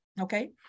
Okay